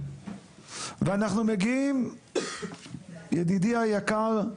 ואנחנו מגיעים, ידידי היקר,